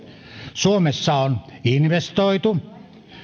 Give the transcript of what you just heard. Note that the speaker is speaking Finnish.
suomessa on investoitu